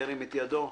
ירים את ידו.